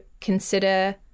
consider